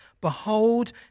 Behold